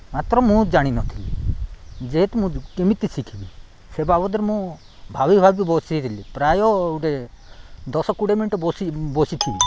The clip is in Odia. ମାତ୍ର ମୁଁ ଜାଣିନଥିଲି ଯେହେତୁ ମୁଁ କେମିତି ଶିଖିବି ସେ ବାବଦରେ ମୁଁ ଭାବି ଭାବି ବସିଥିଲି ପ୍ରାୟ ଗୋଟେ ଦଶ କୋଡ଼ିଏ ମିନିଟ୍ ବସିଥିଲି